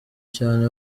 cyane